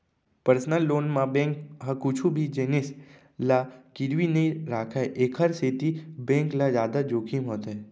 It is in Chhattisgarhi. परसनल लोन म बेंक ह कुछु भी जिनिस ल गिरवी नइ राखय एखर सेती बेंक ल जादा जोखिम होथे